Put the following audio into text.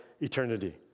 eternity